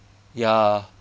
ya